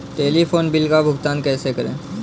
Telephone bill का भुगतान कैसे करें?